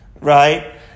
right